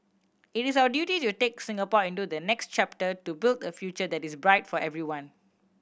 it is our duty to take Singapore into the next chapter to build a future that is bright for everyone